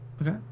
okay